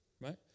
Right